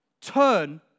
turn